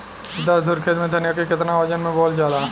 दस धुर खेत में धनिया के केतना वजन मे बोवल जाला?